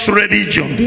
religion